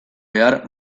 behar